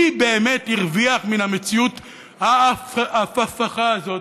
מי באמת הרוויח מן המציאות ההפכפכה הזאת?